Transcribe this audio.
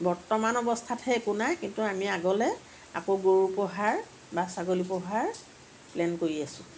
বৰ্তমান অৱস্থাতহে একো নাই কিন্তু আমি আগলৈ আকৌ গৰু পোহাৰ বা ছাগলী পোহাৰ প্লেন কৰি আছোঁ